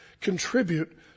contribute